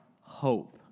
hope